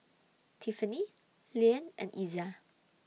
Tiffany Liane and Iza